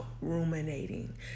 ruminating